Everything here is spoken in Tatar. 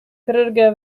керергә